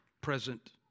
present